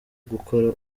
gukora